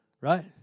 Right